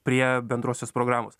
prie bendrosios programos